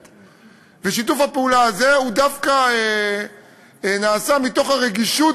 שיתוף הפעולה הזה נעשה דווקא מתוך הרגישות